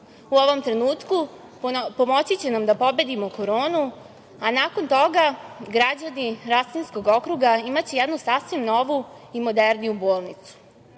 U ovom trenutku pomoći će nam da pobedimo koronu, a nakon toga građani Rasinskog okruga imaće jednu sasvim novu i moderniju bolnicu.